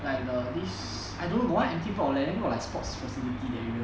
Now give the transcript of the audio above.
like the this I don't know got one empty plot of land look like sports facility that area